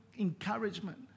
encouragement